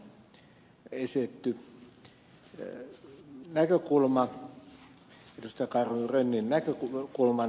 rönnin näkökulma on perusteltu